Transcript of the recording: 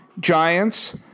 Giants